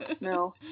no